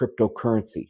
cryptocurrency